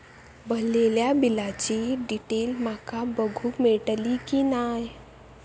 भरलेल्या बिलाची डिटेल माका बघूक मेलटली की नाय?